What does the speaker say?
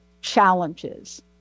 challenges